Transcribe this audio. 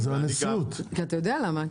כי אתה יודע למה.